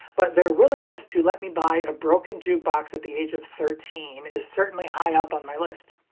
but their willingness to let me buy a broken jukebox at the age of thirteen is certainly high up on my list.